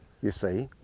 you see,